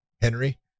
Henry